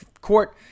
court